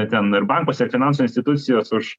ten ir bankuose finansų institucijos už